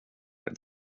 det